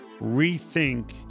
rethink